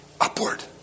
Upward